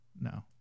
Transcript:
No